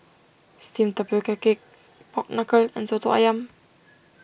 Steamed Tapioca Cake Pork Knuckle and Soto Ayam